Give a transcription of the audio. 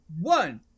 one